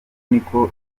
niko